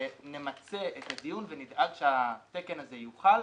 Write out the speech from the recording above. ונמצה את הדיון ונדאג שהתקן הזה יוחל,